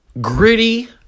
gritty